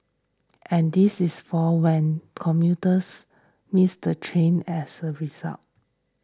and this is for when commuters miss the train as a result